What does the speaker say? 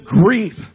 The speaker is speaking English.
grief